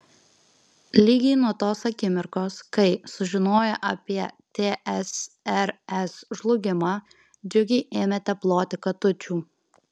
lygiai nuo tos akimirkos kai sužinoję apie tsrs žlugimą džiugiai ėmėte ploti katučių